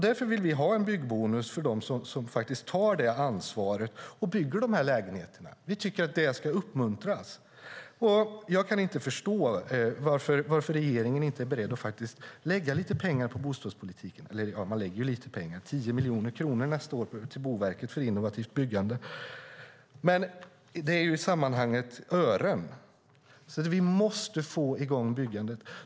Därför vill vi ha en byggbonus för dem som faktiskt tar ansvaret och bygger de här lägenheterna. Vi tycker att det ska uppmuntras. Jag kan inte förstå varför regeringen inte är beredd att lägga pengar på bostadspolitiken. Lite pengar lägger man ju - 10 miljoner kronor går nästa år till Boverket för innovativt byggande - men det är ören i sammanhanget. Vi måste få i gång byggandet!